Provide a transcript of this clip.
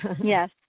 Yes